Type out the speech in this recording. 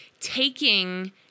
Taking